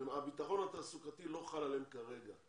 הביטחון התעסוקתי לא חל עליהם כרגע,